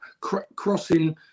crossing